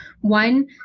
one